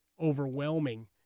overwhelming